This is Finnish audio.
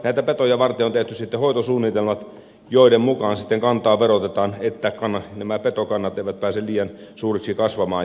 näitä petoja varten on tehty hoitosuunnitelmat joiden mukaan kantaa verotetaan että nämä petokannat eivät pääse liian suuriksi kasvamaan